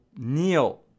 kneel